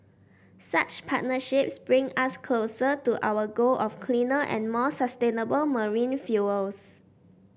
such partnerships bring us closer to our goal of cleaner and more sustainable marine fuels